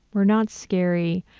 we're not scary,